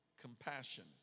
compassion